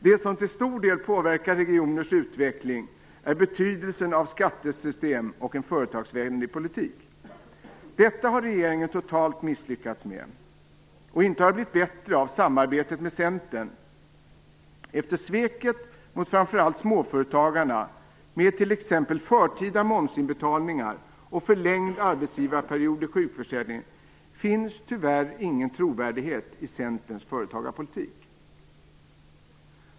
Det som till stor del påverkar regioners utveckling är betydelsen av skattesystem och en företagsvänlig politik. Detta har regeringen totalt misslyckats med. Och inte har det blivit bättre av samarbetet med Centern. Efter sveket mot framför allt småföretagarna, med t.ex. förtida momsinbetalningar och förlängd arbetsgivarperiod i sjukförsäkringen, finns tyvärr ingen trovärdighet i Centerns företagarpolitik.